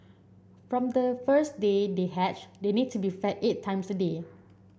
from the first day they hatch they need to be fed eight times a day